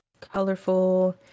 colorful